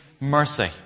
mercy